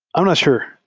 i'm not sure.